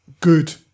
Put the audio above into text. good